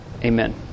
Amen